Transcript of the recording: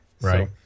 Right